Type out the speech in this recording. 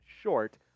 short